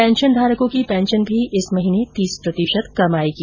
पेंशनधारकों की पेंशन भी इस महीने तीस प्रतिशत कम आयेगी